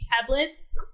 tablets